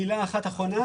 מילה אחת אחרונה.